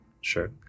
Sure